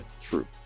True